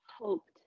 hoped